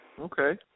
Okay